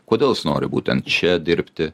kodėl jis nori būtent čia dirbti